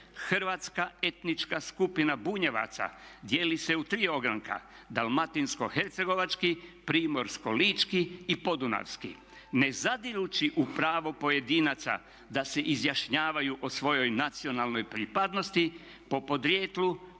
"Hrvatska etnička skupina Bunjevaca dijeli se u tri ogranka Dalmatinsko-hercegovački, Primorsko-lički i Podunavski ne zadirući u pravo pojedinaca da se izjašnjavaju o svojoj nacionalnoj pripadnosti, po podrijetlu,